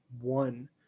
one